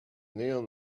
neon